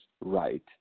right